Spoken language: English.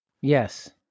Yes